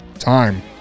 time